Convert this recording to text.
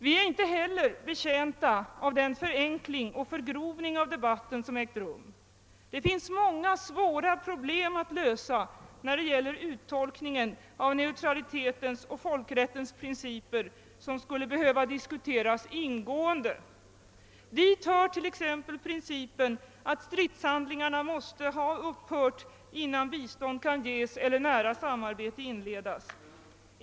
Vi är inte heller betjänta av den förenkling och förgrovning av debatten som ägt rum. Det finns många svåra problem att lösa när det gäller uttolkningen av neutralitetens och folkrättens principer, som skulle behöva diskuteras ingående. Dit hör t.ex. principen att stridshandlingarna måste ha upphört innan bistånd kan ges eller nära samarbete inledas.